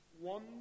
one